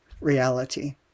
reality